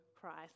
Christ